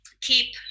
keep